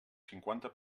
cinquanta